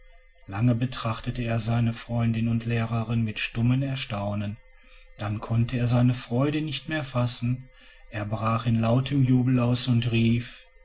lange betrachtete er seine freundin und lehrerin mit stummen erstaunen dann konnte er seine freude nicht mehr fassen er brach in lautem jubel aus und rief